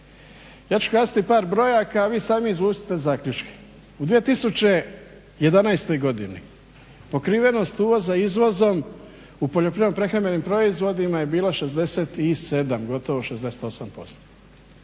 Ja ću kazati par brojaka, a vi sami izvucite zaključke. U 2011. godini pokrivenost uvoza izvozom u poljoprivredno-prehrambenim proizvodima je bilo 67, gotovo 68%.